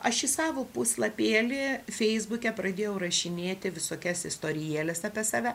aš į savo puslapėlį feisbuke pradėjau rašinėti visokias istorijėles apie save